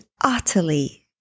utterly